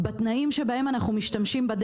תנאים כאמור ייקבעו באחד או יותר מנושאים אלה